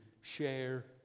share